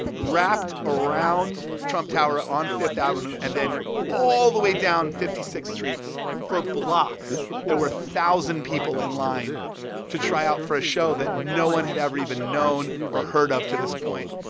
wrapped around trump tower on fifth avenue and then all the way down fifty sixth street for blocks, there were a thousand people in line to try out for a show that no one had ever even known or heard of to this point.